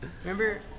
remember